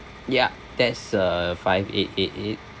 ya that's uh five eight eight eight